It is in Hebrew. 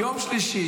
יום שלישי,